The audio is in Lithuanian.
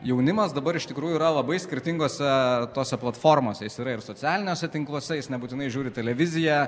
jaunimas dabar iš tikrųjų yra labai skirtingose tose platformose jis yra ir socialiniuose tinkluose jis nebūtinai žiūri televiziją